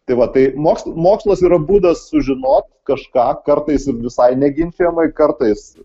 tai va tai mokslų mokslas yra būdas sužinot kažką kartais ir visai neginčijamai kartais